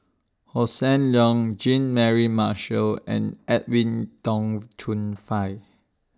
Hossan Leong Jean Mary Marshall and Edwin Tong Chun Fai